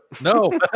No